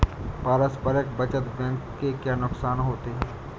पारस्परिक बचत बैंक के क्या नुकसान होते हैं?